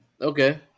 Okay